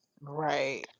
right